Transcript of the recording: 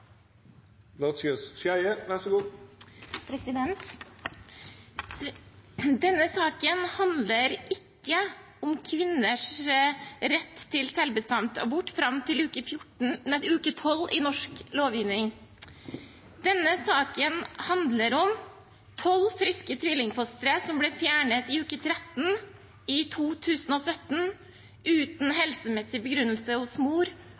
Denne saken handler ikke om kvinners rett til selvbestemt abort fram til uke 12 i norsk lovgivning. Denne saken handler om tolv friske tvillingfostre som i 2017 ble fjernet i uke 13, uten helsemessig begrunnelse hos mor